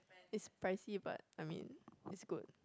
is pricey but I mean it's good